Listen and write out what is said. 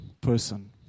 person